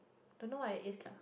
don't know what it is lah